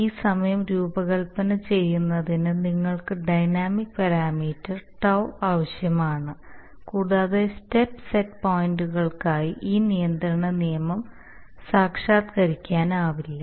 ഈ നിയമം രൂപകൽപ്പന ചെയ്യുന്നതിന് നിങ്ങൾക്ക് ഡൈനാമിക് പാരാമീറ്റർ tau ആവശ്യമാണ് കൂടാതെ സ്റ്റെപ്പ് സെറ്റ് പോയിന്റുകൾക്കായി ഈ നിയന്ത്രണ നിയമം സാക്ഷാത്കരിക്കാനാവില്ല